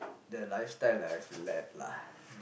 the lifestyle that I have lead lah